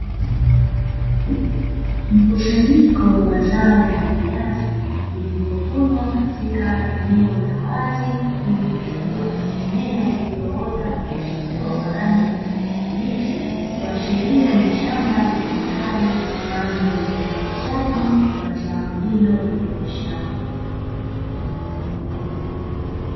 Mkusanyiko wa zao la viazi lilillovunwa katika eneo la wazi, lililozungukwa na mimea iliyoota kwa kuchepua kwa rangi ya kijani kibichi kuashiria ni shamba litumikalo kwajili ya zao hilo la biashara.